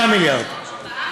מיליארד שקלים.